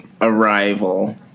arrival